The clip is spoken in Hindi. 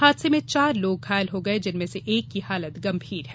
हादसे में चार लोग घायल हो गये जिनमें से एक की हालत गम्भीर है